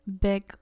big